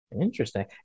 interesting